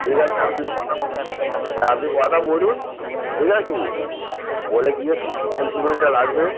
ঠিক আছে আপনি কথা হ্যাঁ আপনি কথা বলুন ঠিক আছে বলে জিজ্ঞেস করুন কোন সিমেন্টটা লাগবে